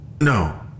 No